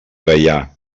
gaià